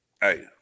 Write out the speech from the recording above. Hey